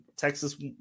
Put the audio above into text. Texas